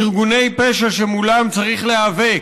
ארגוני פשע שמולם צריך להיאבק.